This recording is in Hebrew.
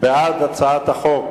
בעד הצעת החוק